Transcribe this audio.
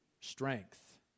strength